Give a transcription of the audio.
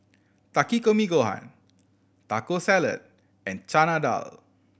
Takikomi Gohan Taco Salad and Chana Dal